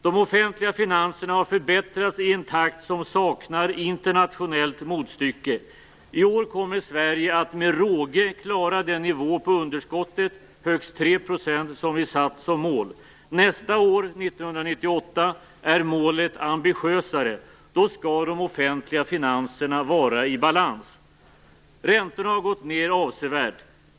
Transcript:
De offentliga finanserna har förbättrats i en takt som saknar internationellt motstycke. I år kommer Sverige att med råge klara den nivå på underskottet, högst 3 %, som regeringen satt som mål. Nästa år, 1998, är målet ambitiösare. Då skall de offentliga finanserna vara i balans. Räntorna har gått ned avsevärt.